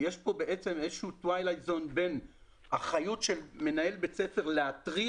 יש כאן איזשהו אזור בין אחריות של מנהל בית הספר להתריע